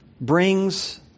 brings